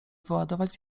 wyładować